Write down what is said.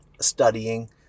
studying